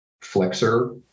flexor